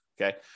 Okay